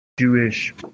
Jewish